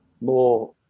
more